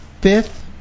fifth